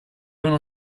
uno